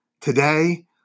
Today